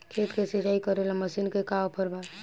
खेत के सिंचाई करेला मशीन के का ऑफर बा?